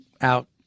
out